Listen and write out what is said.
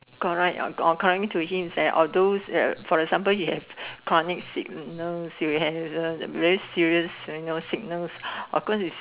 correct according to him is like although uh for the example he have chronic sickness if he have the very serious you know sickness of course it's